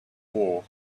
war